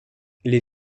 les